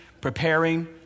preparing